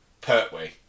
Pertwee